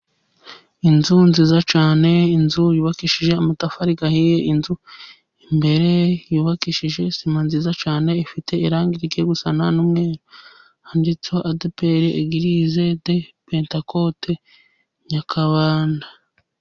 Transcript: Inzu nziza cyane, inzu yubakishije amatafari ahiye, inzu imbere yubakishije sima nziza cyane, ifite irangi rigiye gusa n'umweru, handitseho adeperi egirize de petekote Nyakabanda.